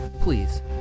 Please